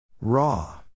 Raw